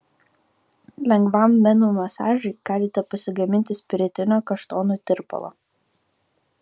lengvam venų masažui galite pasigaminti spiritinio kaštonų tirpalo